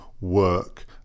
work